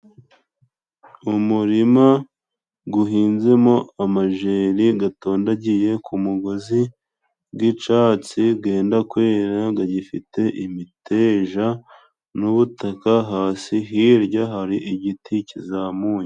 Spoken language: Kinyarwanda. Umurima guhinzemo amajeri gatondagiye ku mugozi g'icatsi. Genda kwera gagifite imiteja n'ubutaka hasi, hirya hari igiti kizamuye.